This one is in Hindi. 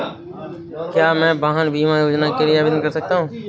क्या मैं वाहन बीमा योजना के लिए आवेदन कर सकता हूँ?